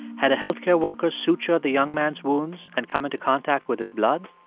had a health care worker sutured the young man's wounds and come into contact with his blood?